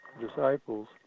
disciples